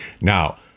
now